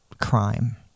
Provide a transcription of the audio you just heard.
crime